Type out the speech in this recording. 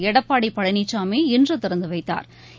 Edappadi Palaniswami இன்றுதிறந்துவைத்தாா்